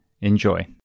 Enjoy